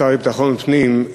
השר לביטחון פנים,